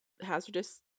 hazardous